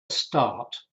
start